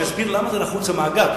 אני אסביר למה המאגר נחוץ,